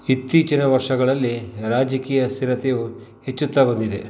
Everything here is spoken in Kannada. ಇತ್ತೀಚಿನ ವರ್ಷಗಳಲ್ಲಿ ರಾಜಕೀಯ ಸ್ಥಿರತೆಯು ಹೆಚ್ಚುತ್ತಾ ಬಂದಿದೆ